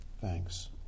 thanks